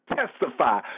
testify